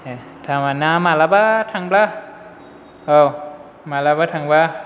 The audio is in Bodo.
थाइम मोनोब्ला मालाबा थांब्ला औ मालाबा थांबा